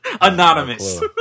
Anonymous